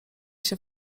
się